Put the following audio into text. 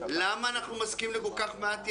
למה אנחנו מסכימים לכל כך מעט ימים?